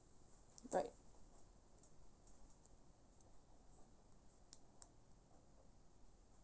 right